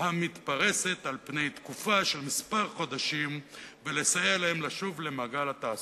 המתפרסת על פני תקופה של כמה חודשים ולסייע להם לשוב למעגל התעסוקה.